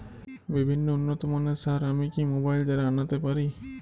বিভিন্ন উন্নতমানের সার আমি কি মোবাইল দ্বারা আনাতে পারি?